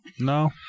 No